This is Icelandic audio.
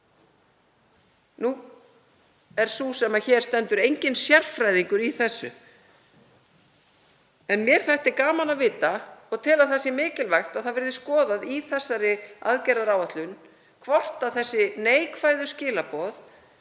Nú er sú sem hér stendur enginn sérfræðingur í þessu, en mér þætti gaman að vita, og tel mikilvægt að það verði skoðað í þessari aðgerðaáætlun, hvort þessi neikvæðu skilaboð